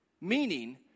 Meaning